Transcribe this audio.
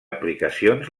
aplicacions